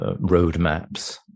roadmaps